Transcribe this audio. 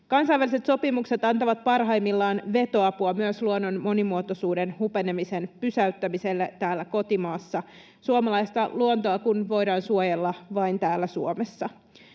Kansainväliset sopimukset antavat parhaimmillaan vetoapua myös luonnon monimuotoisuuden hupenemisen pysäyttämiselle täällä kotimaassa — suomalaista luontoa kun voidaan suojella vain täällä Suomessa.